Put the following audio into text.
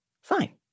fine